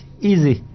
easy